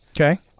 Okay